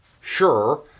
sure